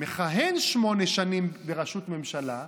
מכהן שמונה שנים בראשות ממשלה,